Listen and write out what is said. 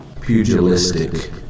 pugilistic